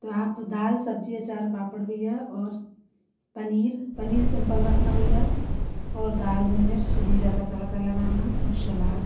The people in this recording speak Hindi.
तो आप दाल सब्ज़ी अचार पापड़ भैया और पनीर पनीर सिंपल रखना भैया और दाल में मिर्च ज़ीरे का तड़का लगाना और शलाद